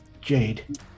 Jade